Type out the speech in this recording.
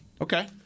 Okay